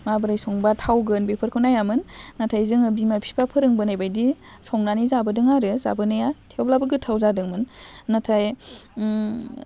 माबोरै संबा थावगोन बेफोरखौ नायामोन नाथाय जोङो बिमा बिफा फोरोंबोनाय बायदि संनानै जाबोदों आरो जाबोनाया थेवब्लाबो गोथाव जादोंमोन नाथाय उम